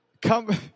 Come